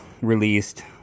released